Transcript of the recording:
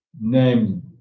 name